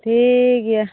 ᱴᱷᱤᱠ ᱜᱮᱭᱟ